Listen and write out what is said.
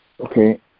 Okay